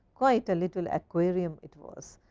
quite a little aquarium it was.